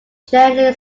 gently